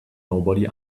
nobody